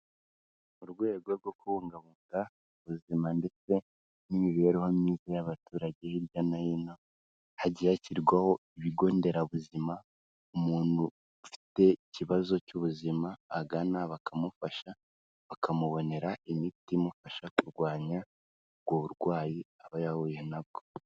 Mu rwego rwo kubungabunga ubuzima ndetse n'imibereho myiza y'abaturage hirya no hino hagiye hashyirwaho ibigo nderabuzima umuntu ufite ikibazo cy'ubuzima agana bakamufasha, bakamubonera imiti imufasha kurwanya ubwo burwayi aba yahuye nabwo.